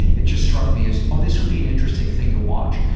it just struck me as, oh, this would be an interesting thing to watch.